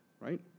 right